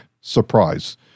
surprise